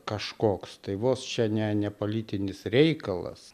kažkoks tai vos čia ne ne politinis reikalas